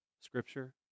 Scripture